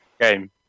game